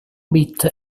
bit